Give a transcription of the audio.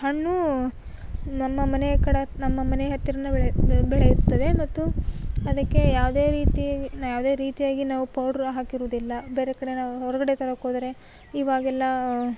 ಹಣ್ಣು ನಮ್ಮ ಮನೆಯ ಕಡೆ ನಮ್ಮ ಮನೆ ಹತ್ತಿರವೇ ಬೆಳೆಯು ಬೆಳೆಯುತ್ತದೆ ಮತ್ತು ಅದಕ್ಕೆ ಯಾವುದೇ ರೀತಿಯಾಗಿ ಯಾವುದೇ ರೀತಿಯಾಗಿ ನಾವು ಪೌಡ್ರ್ ಹಾಕಿರುವುದಿಲ್ಲ ಬೇರೆ ಕಡೆ ನಾವು ಹೊರಗಡೆ ತರೋಕೆ ಹೋದರೆ ಇವಾಗೆಲ್ಲ